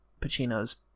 Pacino's